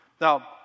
Now